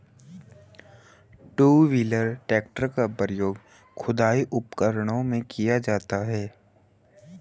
to wheeler tractor का प्रयोग खुदाई उपकरणों में किया जाता हैं